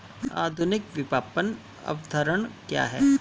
आधुनिक विपणन अवधारणा क्या है?